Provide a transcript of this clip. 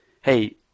hey